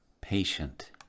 patient